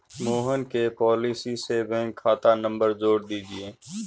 मोहन के पॉलिसी से बैंक खाता नंबर जोड़ दीजिए